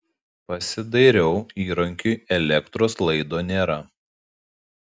pasidairiau įrankiui elektros laido nėra